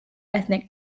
ethnic